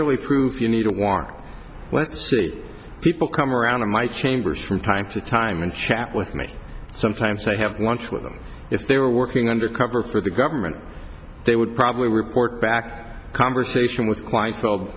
really prove you need a warrant let's see people come around in my chambers from time to time and chat with me sometimes they have lunch with them if they were working undercover for the government they would probably report back conversation with